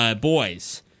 Boys